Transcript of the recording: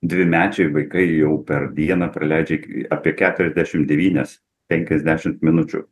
dvimečiai vaikai jau per dieną praleidžia apie keturiasdešim devynias penkiasdešimt minučių